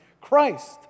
Christ